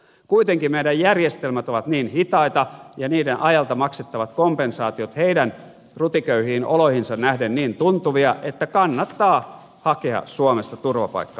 kuitenkin meidän järjestelmämme ovat niin hitaita ja niiden ajalta maksettavat kompensaatiot heidän rutiköyhiin oloihinsa nähden niin tuntuvia että kannattaa hakea suomesta turvapaikkaa